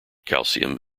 calcium